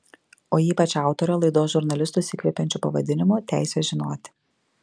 o ypač autorė laidos žurnalistus įkvepiančiu pavadinimu teisė žinoti